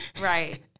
Right